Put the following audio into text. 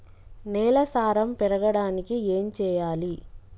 నేల సారం పెరగడానికి ఏం చేయాలి?